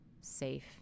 safe